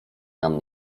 nam